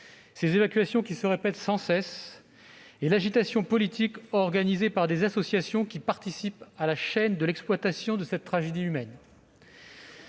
ces évacuations qui se répètent sans cesse, et par l'agitation politique organisée par des associations qui participent à la chaîne de l'exploitation de cette tragédie humaine